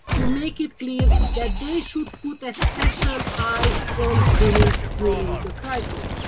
to make it clear that they should put a special eye on women during the crisis.